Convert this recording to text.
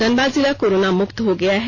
धनबाद जिला कोरोना मुक्त हो गया है